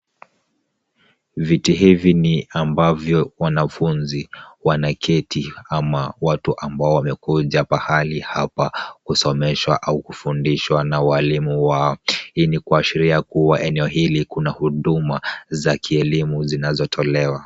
Viti hivi ni ambavyo wanafunzi wanaketi ama watu ambao wamekuja pahali hapa kusomeshwa au kufundishwa na walimu wao, hii ni kuashiria kuwa kuna huduma za kielimu zinatolewa.